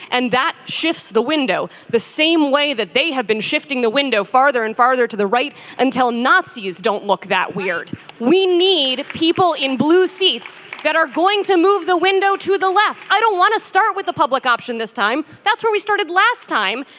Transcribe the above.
and that shifts the window the same way that they have been shifting the window farther and farther to the right until nazis don't look that weird we need people in blue seats that are going to move the window to the left. i don't want to start with the public option this time. that's where we started last time.